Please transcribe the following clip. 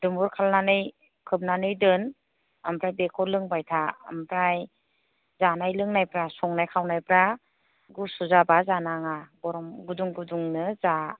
दुंब्रुद खालामनानै खोबनानै दोन ओमफ्राय बेखौ लोंबाय था ओमफ्राय जानाय लोंनायफ्रा संनाय खावनायफ्रा गुसु जाबा जानाङा गरम गुदुं गुदुंनो जा